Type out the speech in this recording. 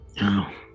No